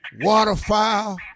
waterfowl